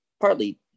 partly